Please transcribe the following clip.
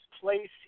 place